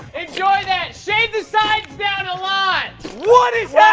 enjoy that. shave the sides down a lot. what is yeah